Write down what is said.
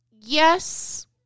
Yes